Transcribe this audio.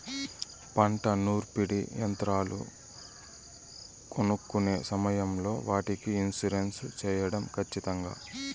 పంట నూర్పిడి యంత్రాలు కొనుక్కొనే సమయం లో వాటికి ఇన్సూరెన్సు సేయడం ఖచ్చితంగా?